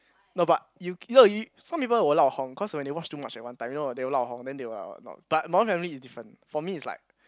no but you you know you some people will lao hong cause when they watch too much in one time you know they will not lao hong they will not but modern family is different for me it's like